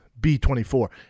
B24